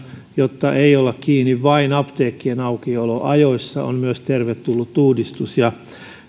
jotta ei olla kiinni vain apteekkien aukioloajoissa on myös tervetullut uudistus